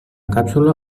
càpsula